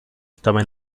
estaba